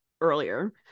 earlier